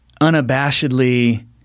unabashedly